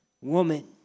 Woman